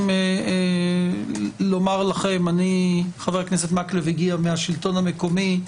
חבר הכנסת מקלב הגיע מהשלטון המקומי,